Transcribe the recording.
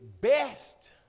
best